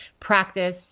practice